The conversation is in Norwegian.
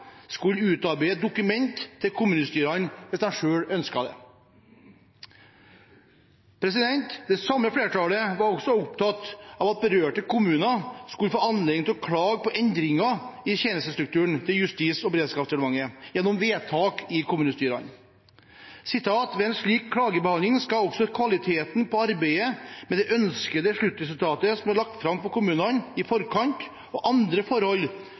skulle utarbeide dokument til kommunestyrene, hvis de selv ønsket det. Det samme flertallet var også opptatt av at berørte kommuner skulle få anledning til å klage på endringer i tjenestestrukturen til Justis- og beredskapsdepartementet gjennom vedtak i kommunestyret: «Ved klagebehandlingen skal også kvaliteten på arbeidet med det ønskede sluttresultatet som er lagt frem for kommunene i forkant, og andre forhold